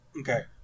Okay